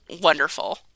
wonderful